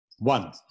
One